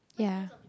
ya